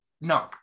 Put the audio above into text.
no